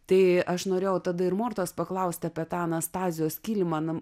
tai aš norėjau tada ir mortos paklausti apie tą anastazijos kilimą na